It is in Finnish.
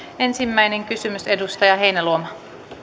ensimmäinen kysymys edustaja heinäluoma